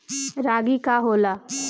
रागी का होला?